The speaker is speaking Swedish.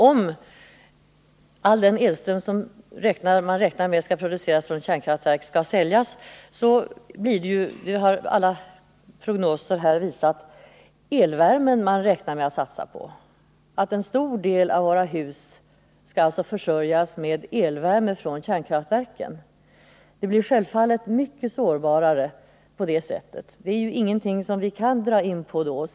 Om all den elström som man räknar med skall produceras av kärnkraftverk skall säljas blir det — det har alla prognoser visat — elvärmen man räknar med att satsa på. Det innebär att en stor del av våra hus då kommer att försörjas med elvärme från kärnkraftverken. Vi blir självfallet mycket sårbarare på det sättet. Det är ingenting som vi kan dra in på.